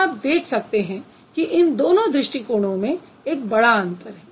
तो आप देख सकते हैं कि इन दोनों दृष्टिकोणों में एक बड़ा अंतर है